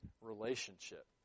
relationship